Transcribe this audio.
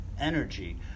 energy